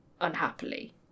unhappily